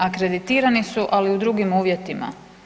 Akreditirani su ali u drugim uvjetima.